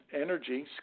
energy